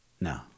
No